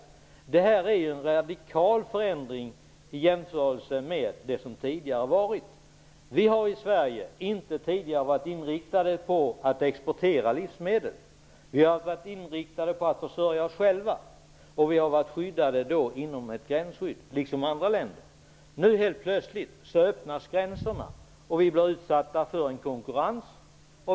Detta är ju en radikal förändring i jämförelse med det som tidigare har varit. Vi har i Sverige inte tidigare varit inriktade på att exportera livsmedel. Vi har varit inriktade på att försörja oss själva. Sverige har, liksom andra länder, varit skyddat genom ett gränsskydd. Helt plötsligt öppnas gränserna och vi blir utsatta för konkurrens.